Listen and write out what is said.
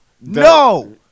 no